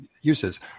uses